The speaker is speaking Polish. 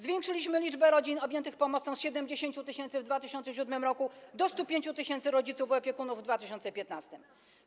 Zwiększyliśmy liczbę rodzin objętych pomocą z 70 tys. w 2007 r. do 105 tys. rodziców i opiekunów w 2015 r.